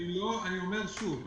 אני חוזר ואומר שוב,